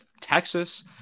Texas